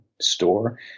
store